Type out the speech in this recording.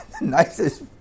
nicest